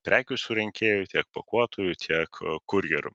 prekių surinkėjų tiek pakuotojų tiek kurjerių